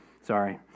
Sorry